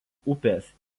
upės